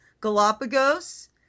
galapagos